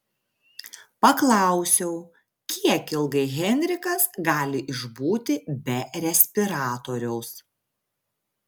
paklausiau kiek ilgai henrikas gali išbūti be respiratoriaus